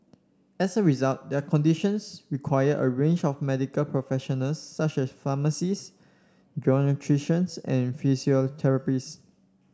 as a result their conditions require a range of medical professionals such as pharmacists geriatricians and physiotherapists